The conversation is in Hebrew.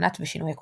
הבנת ושינוי הקוד.